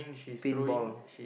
pin ball